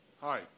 Hi